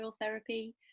therapy